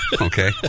okay